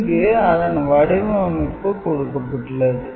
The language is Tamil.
இங்கு அதன் வடிவமைப்பு கொடுக்கப்பட்டுள்ளது